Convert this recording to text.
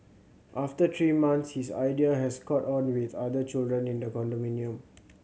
after three months his idea has caught on with other children in the condominium